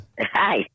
Hi